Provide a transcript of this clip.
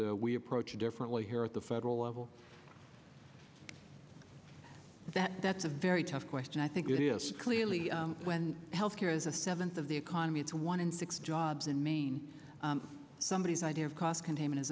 that we approach it differently here at the federal level that that's a very tough question i think it is clearly when health care is a seventh of the economy it's one in six jobs in maine somebodies idea of cost containment is